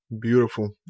Beautiful